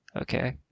Okay